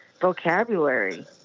vocabulary